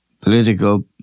political